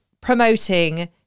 promoting